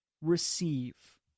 receive